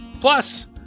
Plus